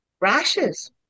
rashes